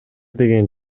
деген